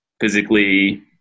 physically